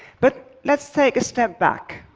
but let's take a step back.